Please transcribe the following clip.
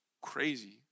crazy